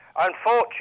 Unfortunately